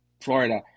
Florida